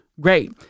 great